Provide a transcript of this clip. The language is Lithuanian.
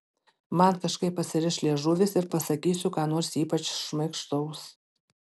man kažkaip atsiriš liežuvis ir pasakysiu ką nors ypač šmaikštaus